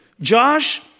Josh